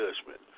judgment